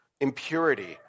impurity